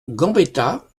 gambetta